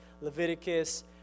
Leviticus